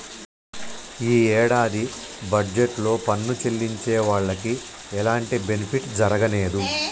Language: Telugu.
యీ యేడాది బడ్జెట్ లో పన్ను చెల్లించే వాళ్లకి ఎలాంటి బెనిఫిట్ జరగనేదు